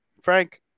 frank